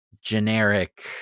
generic